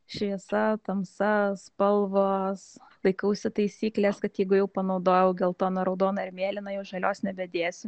šviesa tamsa spalvos laikausi taisyklės kad jeigu jau panaudojau geltoną raudoną ir mėlyną jau žalios nebedėsiu